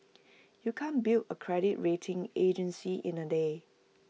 you can't build A credit rating agency in A day